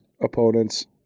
opponents